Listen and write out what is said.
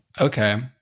Okay